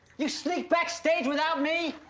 you sneak backstage without me?